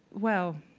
well,